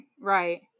Right